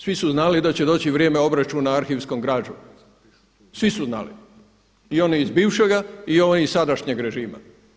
Svi su znali da će doći vrijeme obračuna arhivskom građom, svi su znali i oni iz bivšega i oni iz sadašnjeg ražima.